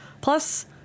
Plus